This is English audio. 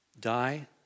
die